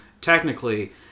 technically